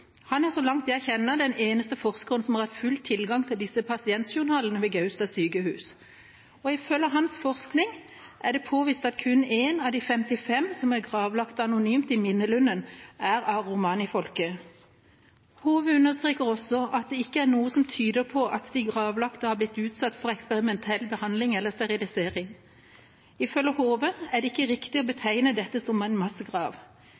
Han er så langt jeg kjenner den eneste forskeren som har full tilgang til pasientjournalene ved Gaustad sykehus. Ifølge hans forskning er det påvist at kun én av de 55 som er gravlagt anonymt i minnelunden, er av romanifolket. Haave understreker også at det ikke er noe som tyder på at de gravlagte har blitt utsatt for eksperimentell behandling eller sterilisering. Ifølge Haave er det ikke riktig å betegne dette som en massegrav. Gravene i minnelunden er anonyme graver og bør behandles deretter. Resultatene av